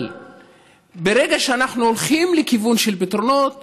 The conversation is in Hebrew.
אבל ברגע שאנחנו הולכים לכיוון של פתרונות